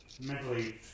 mentally